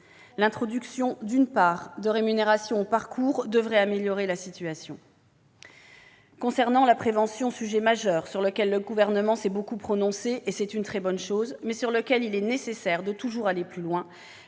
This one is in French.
L'introduction d'une part de rémunération au parcours devrait améliorer la situation. J'en viens à la prévention, un enjeu majeur sur lequel le Gouvernement s'est beaucoup prononcé, ce qui est une très bonne chose, mais sur lequel il est nécessaire d'aller toujours plus loin.